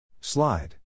Slide